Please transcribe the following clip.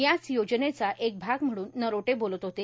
याच योजनेचा एक भाग म्हणून नरोटे बोलत होते